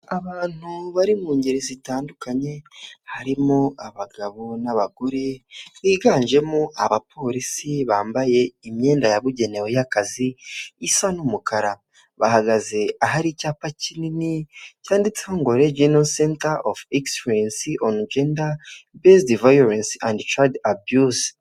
Abantu bari mu ngeri zitandukanye, harimo abagabo n'abagore biganjemo abapolisi bambaye imyenda yabugenewe y'akazi isa n'umukara. Bahagaze ahari icyapa kinini cyanditseho ngo reginal center of exlcelence on gender besed vilece andchild abuse.